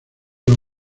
los